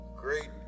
Great